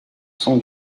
são